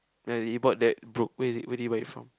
ya you bought that book where is it where did you buy it from